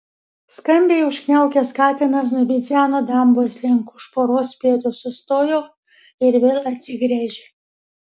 skambiai užkniaukęs katinas nubidzeno dambos link už poros pėdų sustojo ir vėl atsigręžė